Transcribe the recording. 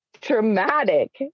traumatic